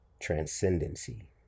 Transcendency